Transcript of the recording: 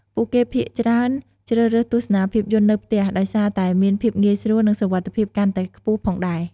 ពួកគេភាគច្រើនជ្រើសរើសទស្សនាភាពយន្តនៅផ្ទះ ដោយសារតែមានភាពងាយស្រួល និងសុវត្ថិភាពកាន់តែខ្ពស់ផងដែរ។